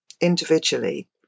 individually